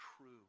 true